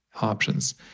options